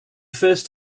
first